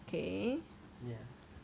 so err moving on